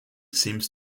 seems